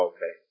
Okay